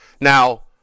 Now